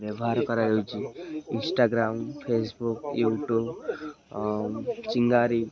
ବ୍ୟବହାର କରାଯାଉଛି Instagram Facebook YouTube Chingari